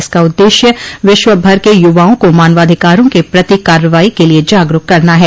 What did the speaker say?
इसका उद्देश्य विश्व भर के युवाओं को मानवाधिकारों के प्रति कार्रवाई के लिए जागरूक करना है